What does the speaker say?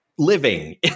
living